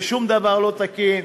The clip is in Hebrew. ושום דבר לא תקין.